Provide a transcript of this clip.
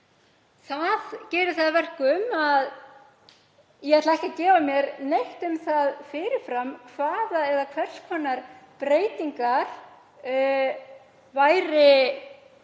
Það gerir það að verkum að ég ætla ekki að gefa mér neitt fyrir fram um hvers konar breytingar væri hægt